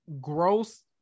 gross